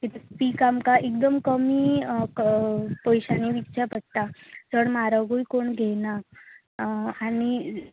पीक आमकां एकदम कमी पयश्यांनी विकचें पडटा चड म्हारगूय कोण घेना आनी